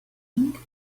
pink